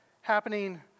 happening